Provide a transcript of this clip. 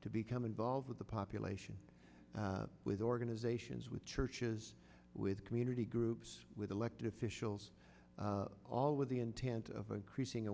to become involved with the population with organisations with churches with community groups with elected officials all with the intent of increasing